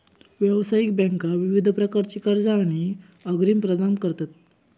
व्यावसायिक बँका विविध प्रकारची कर्जा आणि अग्रिम प्रदान करतत